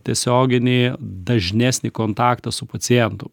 tiesioginį dažnesnį kontaktą su pacientu